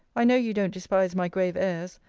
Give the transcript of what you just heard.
i know you don't despise my grave airs,